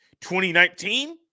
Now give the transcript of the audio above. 2019